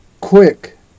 quick